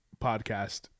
podcast